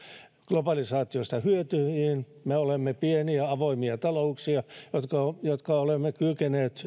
globalisaatiosta hyötyviin me olemme pieniä avoimia talouksia ja olemme